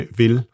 vil